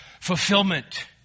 fulfillment